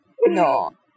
No